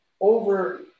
over